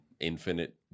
infinite